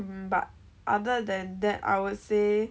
mm but other than that I would say